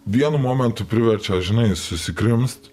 vienu momentu priverčia žinai susikrimst